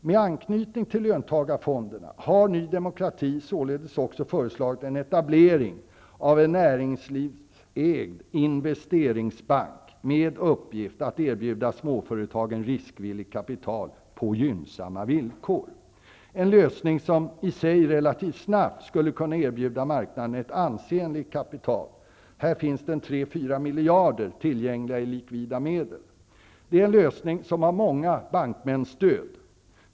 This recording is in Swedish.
Med anknytning till löntagarfonderna har Ny demokrati således också förslagit en etablering av en näringslivsägd investeringsbank med uppgift att erbjuda småföretagen riskvilligt kapital på gynnsamma villkor. Det är en lösning som relativt snabbt skulle kunna erbjuda marknaden ett ansenligt kapital. Här finns 3--4 miljarder tillgängliga i likvida medel. Det är dessutom en lösning som har många bankmäns stöd.